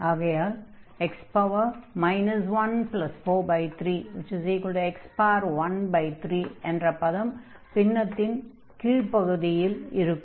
ஆகையால் x 143x13 என்ற பதம் பின்னத்தின் கீழ்ப் பகுதியில் இருக்கும்